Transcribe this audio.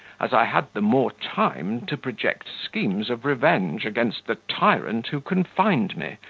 as i had the more time to project schemes of revenge against the tyrant who confined me,